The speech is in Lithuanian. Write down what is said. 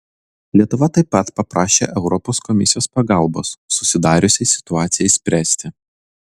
lietuva taip pat paprašė europos komisijos pagalbos susidariusiai situacijai spręsti